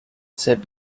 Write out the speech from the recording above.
set